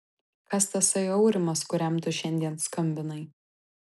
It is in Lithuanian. kas tasai aurimas kuriam tu šiandien skambinai